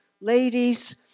ladies